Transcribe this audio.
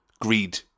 greed